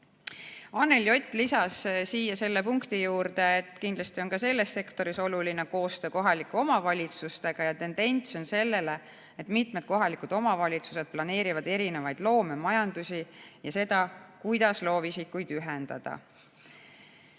Anneli Ott lisas selle punkti juurde, et kindlasti on ka selles sektoris oluline koostöö kohalike omavalitsustega ja tendents on selline, et mitmed kohalikud omavalitsused planeerivad erinevaid loomemajandusi ja seda, kuidas loovisikuid ühendada.